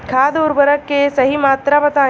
खाद उर्वरक के सही मात्रा बताई?